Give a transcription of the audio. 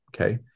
Okay